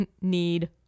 need